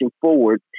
forward